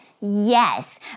yes